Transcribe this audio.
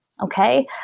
Okay